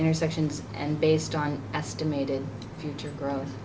intersections and based on estimated future gro